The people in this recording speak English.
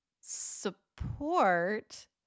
support